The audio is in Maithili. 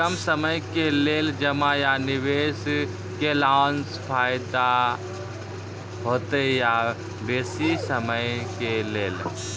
कम समय के लेल जमा या निवेश केलासॅ फायदा हेते या बेसी समय के लेल?